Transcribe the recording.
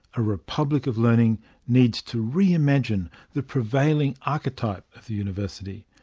a republic of learning needs to re-imagine the prevailing archetype of the university,